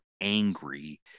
angry